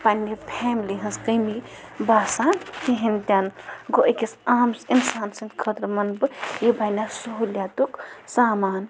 پنٛنہِ فیملی ہٕنٛز کٔمی باسان کِہیٖنۍ تہِ نہٕ گوٚو أکِس عام اِنسان سٕنٛدۍ خٲطرٕ وَنہٕ بہٕ یہِ بَنیٛو سہوٗلیَتُک سامان